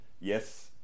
Yes